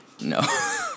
No